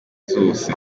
zose